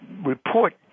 report